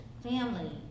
family